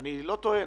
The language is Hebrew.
אני לא טועה.